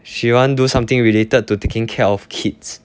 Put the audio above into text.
she want do something related to taking care of kids